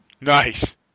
nice